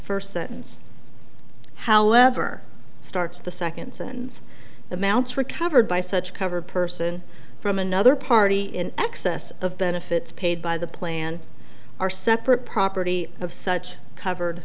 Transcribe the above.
first sentence however starts the second since the amounts recovered by such cover person from another party in excess of benefits paid by the plan are separate property of such covered